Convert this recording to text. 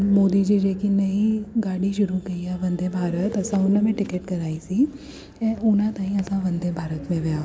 मोदी जी जेकी नई गाॾी शुरू कई आहे वंदे भारत असां हुनमें टिकट कराइसीं ऐं उन ते ईं असां वंदे भारत में विया